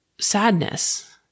sadness